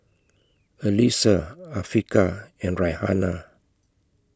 Alyssa Afiqah and Raihana